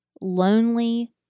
lonely